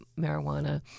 marijuana